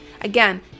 again